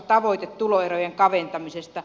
tavoite tuloerojen kaventamisesta